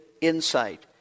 insight